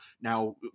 now